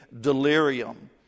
delirium